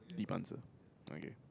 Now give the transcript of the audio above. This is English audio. deep answer okay